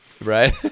right